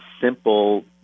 simple